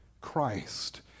Christ